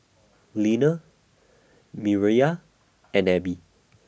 Leaner Mireya and Ebbie